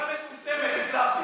אמירה מטומטמת, תסלח לי.